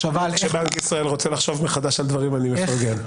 כשבנק ישראל רוצה לחשוב מחדש על דברים אני מפרגן.